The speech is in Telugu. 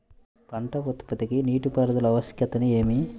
పంట ఉత్పత్తికి నీటిపారుదల ఆవశ్యకత ఏమి?